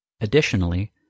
Additionally